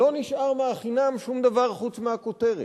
לא נשאר מהחינם שום דבר חוץ מהכותרת.